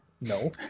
no